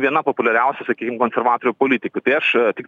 viena populiariausių sakykim konservatorių politikių tai aš tiktai